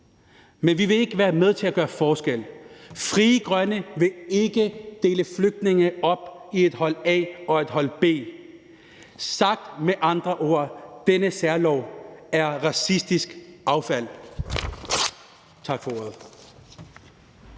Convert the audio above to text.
men vi vil ikke være med til at gøre forskel. Frie Grønne vil ikke dele flygtninge op i et A-hold og et B-hold. Sagt med andre ord: Denne særlov er racistisk affald. Tak for ordet.